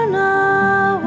now